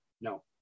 no